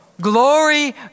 Glory